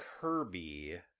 Kirby